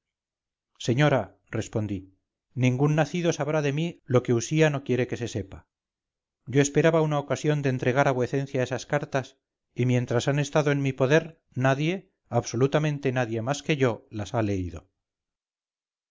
señora respondí ningún nacido sabrá de mí lo que usía no quiere que se sepa yo esperaba una ocasión de entregar a vuecencia esas cartas y mientras han estado en mi poder nadie absolutamente nadie más que yo las ha leído